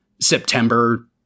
September